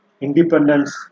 independence